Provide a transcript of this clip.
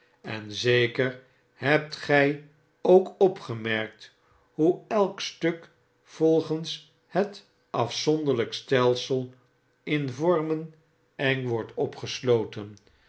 en zeker hebt gy ook opgemerkt hoe elk tuk volgens het afzonderlyk stelsel in vormen v eng wordt opgesloten